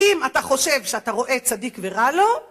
אם אתה חושב שאתה רואה צדיק ורע לו